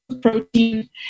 protein